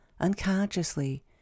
unconsciously